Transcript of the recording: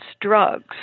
drugs